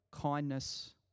kindness